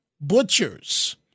butchers